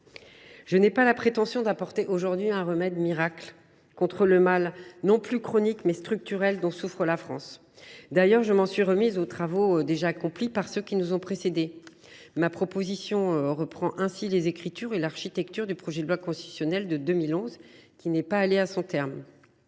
Je n’ai pas la prétention d’apporter aujourd’hui un remède miracle contre le mal, non plus chronique, mais structurel, dont souffre la France. D’ailleurs, je m’en suis remise aux travaux déjà accomplis par ceux qui nous ont précédés. Ma proposition de loi constitutionnelle reprend ainsi la rédaction et l’architecture du projet de loi constitutionnelle de 2011, qui n’est pas allé à son terme.